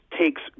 takes